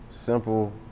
Simple